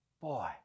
Boy